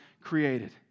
created